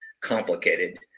complicated